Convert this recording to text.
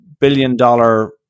billion-dollar